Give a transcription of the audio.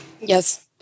Yes